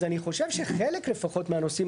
אז אני חושב שחלק לפחות מהנושאים